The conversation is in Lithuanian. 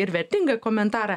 ir vertingą komentarą